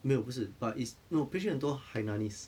没有不是 but it's no 培群很多 hainanese